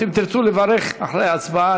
אם תרצו לברך אחרי ההצבעה,